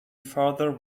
further